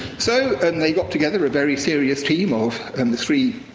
so, and they got together a very serious team of and the three